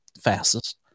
fastest